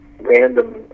random